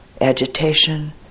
agitation